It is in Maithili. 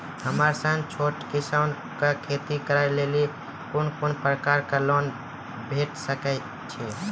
हमर सन छोट किसान कअ खेती करै लेली लेल कून कून प्रकारक लोन भेट सकैत अछि?